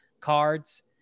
cards